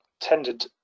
tended